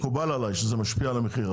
מקובל עליי שזה משפיע על המחיר,